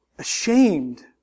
ashamed